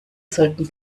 sollten